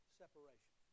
separation